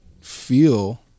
feel